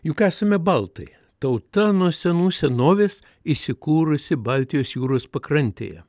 juk esame baltai tauta nuo senų senovės įsikūrusi baltijos jūros pakrantėje